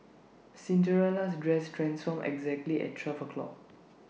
Cinderella's dress transformed exactly at twelve o'clock